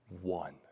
One